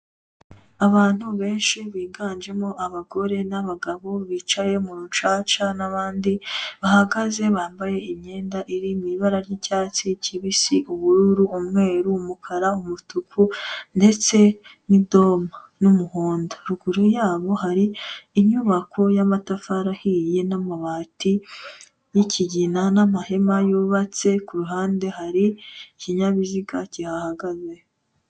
Abantu benshi biganjemo abagore n'abagabo bicaye mu rucaca n'abandi bahagaze bambaye imyenda iri mu ibara ry'icyatsi kibisi, ubururu, umweru, umukara, umutuku, ndetse n'idoma n'umuhondo, ruguru yabo hari inyubako y'amatafari ahiye n'amabati y'ikigina n'amahema yubatse ku ruhande hari ikinyabiziga kihahagaze.